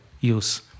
use